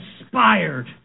inspired